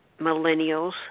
millennials